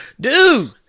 Dude